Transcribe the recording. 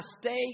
stay